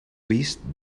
vist